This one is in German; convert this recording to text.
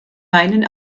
meinen